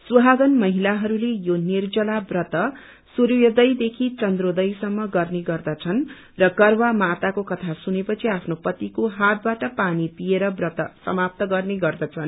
सुहागन महिलाहरूले यो जनब्रला व्रत सूर्योदयदेखि चन्द्रदयसम्म राख्ने गद्रछन् र करवा माताको कथा सुनेपछि आफ्नो पतिको हातबाट पनी पिएर व्रत समाप्त गर्ने गर्दछन्